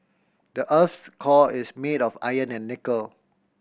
the earth's core is made of iron and nickel